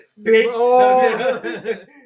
bitch